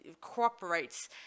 cooperates